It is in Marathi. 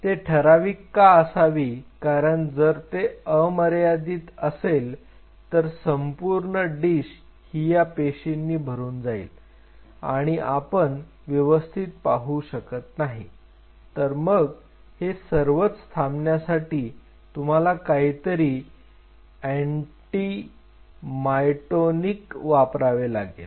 ते ठराविक का असावी कारण जर ते अमर्यादित असेल तर संपूर्ण डिश ही या पेशींनी भरून जाईल आणि आपण व्यवस्थित पाहू शकत नाही तर मग हे सर्वच थांबवण्यासाठी तुम्हाला काहीतरी अँटीमायटोटिक वापरावे लागेल